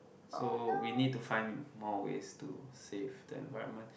so we need to find more ways to save the environment